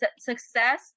Success